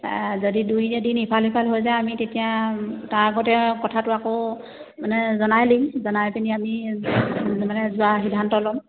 যদি দুই এদিন ইফাল সিফাল হৈ যায় আমি তেতিয়া তাৰ আগতে কথাটো আকৌ মানে জনাই দিম জনাই পিনি আমি মানে যোৱা সিদ্ধান্ত ল'ম